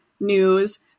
news